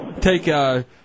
take